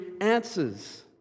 answers